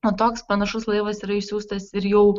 o toks panašus laivas yra išsiųstas ir jau